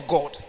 God